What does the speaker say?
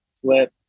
flip